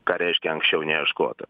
ką reiškia anksčiau neieškota